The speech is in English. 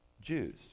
Jews